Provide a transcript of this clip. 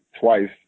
twice